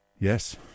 Yes